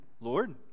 Lord